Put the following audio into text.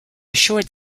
short